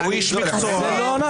אתה טועה.